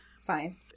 Fine